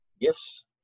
gifts